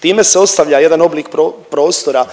Time se ostavlja jedan oblik prostora